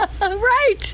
Right